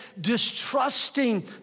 distrusting